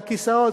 והכיסאות,